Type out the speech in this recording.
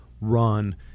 run